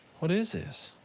what is this?